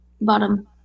Bottom